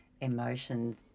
emotions